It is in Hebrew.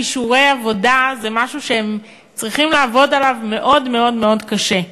כישורי עבודה זה משהו שהם צריכים לעבוד עליו מאוד מאוד מאוד קשה.